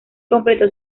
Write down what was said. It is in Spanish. completó